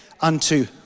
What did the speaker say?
unto